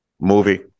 movie